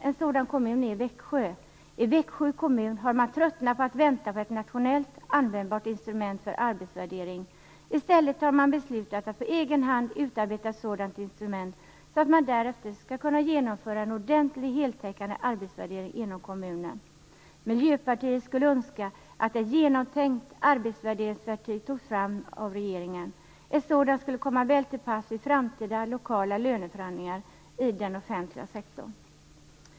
En sådan kommun är Växjö. I Växjö kommun har man tröttnat på att vänta på ett nationellt användbart instrument för arbetsvärdering. I stället har man beslutat att på egen hand utarbeta ett sådant instrument, så att man därefter skall kunna genomföra en ordentlig, heltäckande arbetsvärdering inom kommunen. Miljöpartiet skulle önska att en genomtänkt arbetsvärderingsstrategi togs fram av regeringen. En sådan skulle komma väl till pass vid framtida lokala löneförhandlingar inom den offentliga sektorn.